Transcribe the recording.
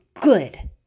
good